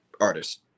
artist